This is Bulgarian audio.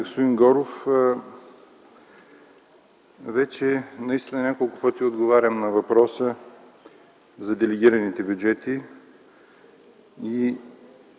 Горов, наистина няколко пъти отговарям на въпроса за делегираните бюджети.